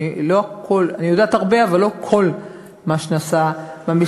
אני יודעת הרבה אבל לא כל מה שנעשה במשרד.